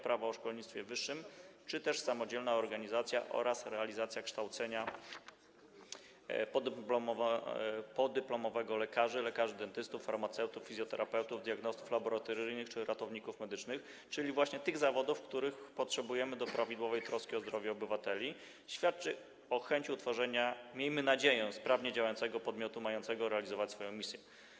Prawo o szkolnictwie wyższym czy też samodzielna organizacja oraz realizacja kształcenia podyplomowego lekarzy, lekarzy dentystów, farmaceutów, fizjoterapeutów, diagnostów laboratoryjnych czy ratowników medycznych, czyli właśnie przedstawicieli tych zawodów, których potrzebujemy w odniesieniu do prawidłowej troski o zdrowie obywateli, świadczy o chęci utworzenia, miejmy nadzieję, sprawnie działającego podmiotu mającego realizować swoją misję.